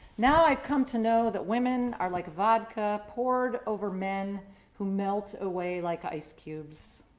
now i've come to know that women are like vodka, poured over men who melt away like ice cubes.